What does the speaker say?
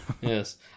Yes